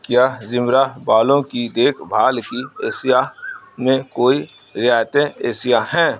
کیا زمرہ بالوں کی دیکھ بھال کی اشیاء میں کوئی رعایتی اشیاء ہیں